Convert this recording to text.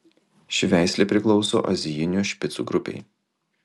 ši veislė priklauso azijinių špicų grupei